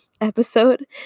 episode